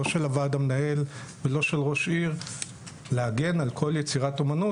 לא של הוועד המנהל ולא של ראש עיר להגן על כל יצירת אמנות,